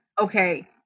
Okay